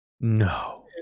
no